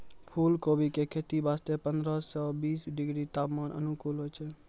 फुलकोबी के खेती वास्तॅ पंद्रह सॅ बीस डिग्री तापमान अनुकूल होय छै